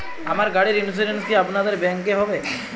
আমার গাড়ির ইন্সুরেন্স কি আপনাদের ব্যাংক এ হবে?